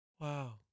Wow